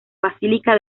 basílica